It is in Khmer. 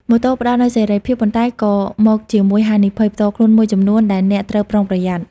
ម៉ូតូផ្តល់នូវសេរីភាព ប៉ុន្តែក៏មកជាមួយហានិភ័យផ្ទាល់ខ្លួនមួយចំនួនដែលអ្នកត្រូវប្រុងប្រយ័ត្ន។